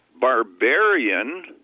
barbarian